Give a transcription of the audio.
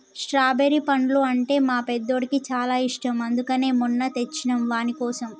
strawberry పండ్లు అంటే మా పెద్దోడికి చాలా ఇష్టం అందుకనే మొన్న తెచ్చినం వానికోసం